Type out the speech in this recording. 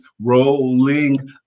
rolling